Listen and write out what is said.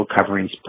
coverings